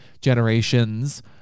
generations